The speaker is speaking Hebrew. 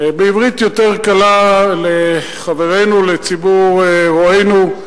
בעברית יותר קלה לחברינו, לציבור רואינו,